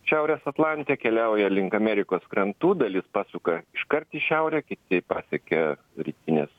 šiaurės atlante keliauja link amerikos krantų dalis pasuka iškart į šiaurę kiti pasiekia rytines